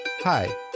Hi